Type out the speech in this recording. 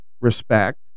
respect